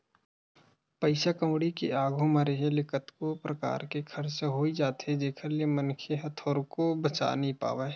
पइसा कउड़ी के आघू म रेहे ले कतको परकार के खरचा होई जाथे जेखर ले मनखे ह थोरको बचा नइ पावय